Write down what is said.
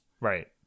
Right